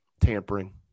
tampering